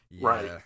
Right